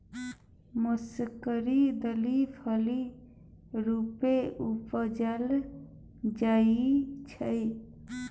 मौसरीक दालि फली रुपेँ उपजाएल जाइ छै